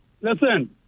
Listen